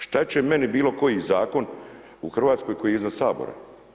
Šta će meni bilokoji zakon u Hrvatskoj koji je iznad Sabora?